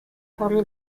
parmi